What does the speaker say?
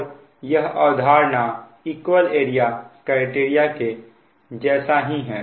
और यह अवधारणा इक्वल एरिया क्राइटेरिया के जैसा ही है